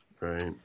Right